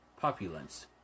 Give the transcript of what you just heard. populace